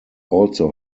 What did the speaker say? also